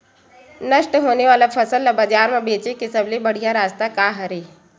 नष्ट होने वाला फसल ला बाजार मा बेचे के सबले बढ़िया रास्ता का हरे?